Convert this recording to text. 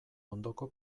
ondoko